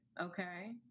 Okay